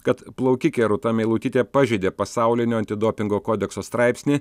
kad plaukikė rūta meilutytė pažeidė pasaulinio antidopingo kodekso straipsnį